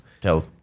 tell